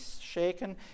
shaken